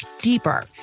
deeper